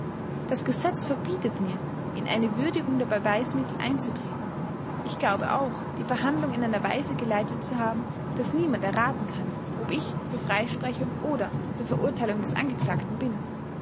das gesetz verbietet mir in eine würdigung der beweismittel einzutreten ich glaube auch die verhandlung in einer weise geleitet zu haben daß niemand erraten kann ob ich für freisprechung oder für verurteilung des angeklagten bin